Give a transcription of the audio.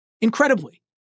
incredibly